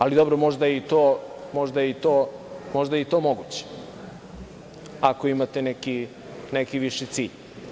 Ali, dobro, možda je i to moguće ako imate neki viši cilj.